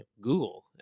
Google